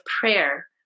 prayer